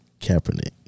Kaepernick